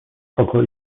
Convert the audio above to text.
kogo